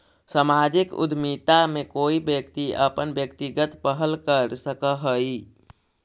सामाजिक उद्यमिता में कोई व्यक्ति अपन व्यक्तिगत पहल कर सकऽ हई